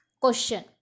Question